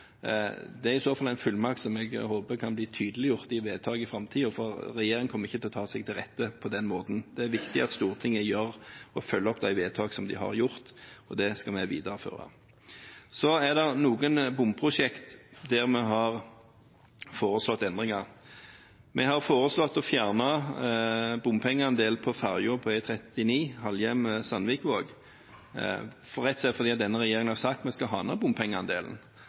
Det er i så fall en fullmakt jeg håper kan bli tydeliggjort i vedtak i framtiden, for regjeringen kommer ikke til å ta seg til rette på den måten. Det er viktig at Stortinget følger opp de vedtakene det har gjort, og det skal vi videreføre. På noen bomprosjekter har vi foreslått endringer. Vi har foreslått å fjerne bompengeandelen på fergen på E39 Halhjem–Sandvikvåg, rett og slett fordi denne regjeringen har sagt at vi skal ha ned bompengeandelen.